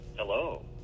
Hello